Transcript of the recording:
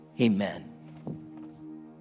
Amen